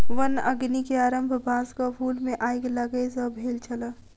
वन अग्नि के आरम्भ बांसक फूल मे आइग लागय सॅ भेल छल